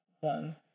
one